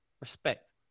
Respect